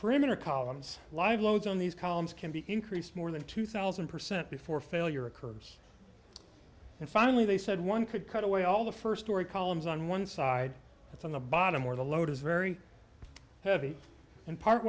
perimeter columns live loads on these columns can be increased more than two thousand percent before failure occurs and finally they said one could cut away all the first two or columns on one side it's on the bottom where the load is very heavy and part